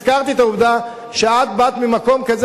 הזכרתי את העובדה שאת באת ממקום כזה